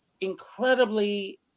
incredibly